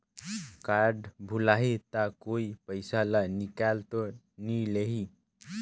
Card भुलाही ता कोई पईसा ला निकाल तो नि लेही?